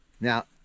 Now